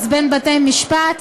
להצטרף לממשלה